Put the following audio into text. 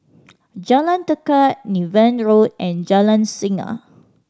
Jalan Tekad Niven Road and Jalan Singa